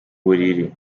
buriri